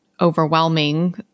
overwhelming